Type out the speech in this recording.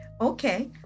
Okay